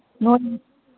ꯅꯣꯏ